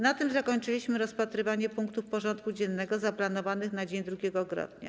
Na tym zakończyliśmy rozpatrywanie punktów porządku dziennego zaplanowanych na dzień 2 grudnia.